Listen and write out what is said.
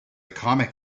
comic